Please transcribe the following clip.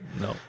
No